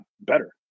better